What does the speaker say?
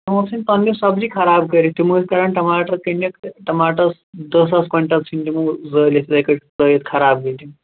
یِمو ژھٕنۍ پَنٕنہِ سبزی خراب کٔرِتھ تِم ٲسۍ کَران ٹماٹر کٕنٕکھ تہٕ ٹماٹر دَہ ساس کۄینٹَل ژھٕنۍ تِمو زٲلِتھ یِتھٕے پٲٹھۍ ترٛٲوِتھ خراب گٔے تِم